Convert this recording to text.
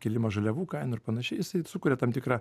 kilimas žaliavų kainų ir panašiai jisai sukuria tam tikrą